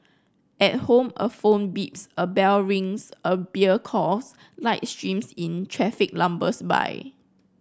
at home a phone beeps a bell rings a beer calls light streams in traffic lumbers by